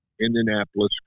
Indianapolis